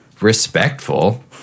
respectful